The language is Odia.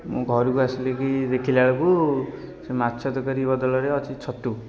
ମୁଁ ଘରକୁ ଆସିଲିକି ଦେଖିଲା ବେଳକୁ ସେ ମାଛ ତରକାରୀ ବଦଳରେ ଅଛି ଛତୁ